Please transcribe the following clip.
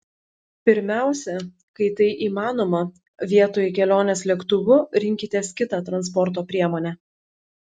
pirmiausia kai tai įmanoma vietoj kelionės lėktuvu rinkitės kitą transporto priemonę